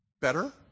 better